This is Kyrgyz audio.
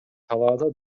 талаада